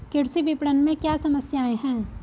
कृषि विपणन में क्या समस्याएँ हैं?